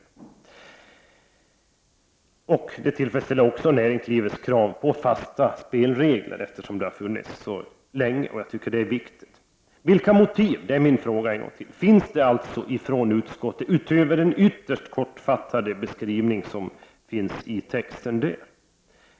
Det Transpi ortrådet, tillfredsställer också näringslivets krav på fasta spelregler, eftersom det har transportstödet m.m. funnits så länge — och det tycker jag är viktigt. Vilka är motiven? Har utskottet några motiv utöver den ytterst kortfattade beskrivning som finns i betänkandet?